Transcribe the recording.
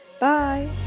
Bye